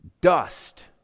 Dust